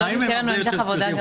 החיים הם הבה יותר פשוטים.